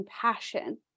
compassion